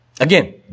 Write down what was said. Again